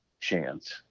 chance